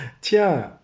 Tiens